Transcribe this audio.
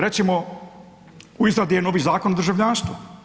Recimo, i izradi je novi Zakon o državljanstvu.